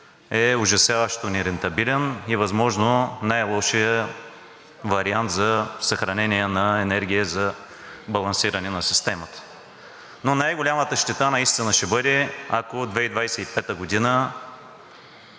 е ужасяващо нерентабилен и възможно най-лошият вариант за съхранение на енергия за балансиране на системата. Но най-голямата щета наистина ще бъде, ако 2025 г.